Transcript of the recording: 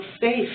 safe